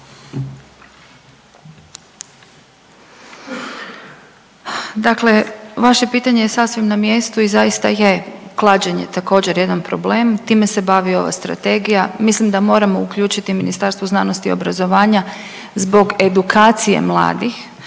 Dakle, vaše pitanje je sasvim na mjestu i zaista je klađenje također jedan problem, time se bavi ova strategija. Mislim da moramo uključiti Ministarstvo znanosti i obrazovanja zbog edukacije mladih.